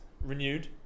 renewed